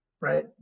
right